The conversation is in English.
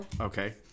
Okay